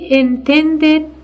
intended